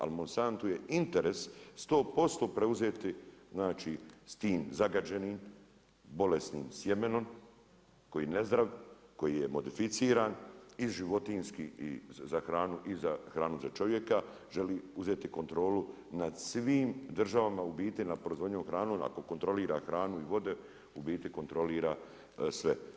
Ali Monsantu je interes 100% preuzeti znači s tim zagađenim bolesnim sjemenom koji je nezdrav, koji je modificiran i životinjski i za hranu i za hranu za čovjeka, želi uzeti kontrolu nad svim državama u biti, na proizvodnju hrane, ako kontrolira hranu i vode u biti kontrolira sve.